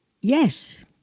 yes